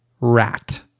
Rat